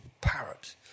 parrot